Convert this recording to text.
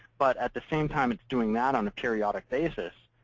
but at the same time it's doing that on a periodic basis,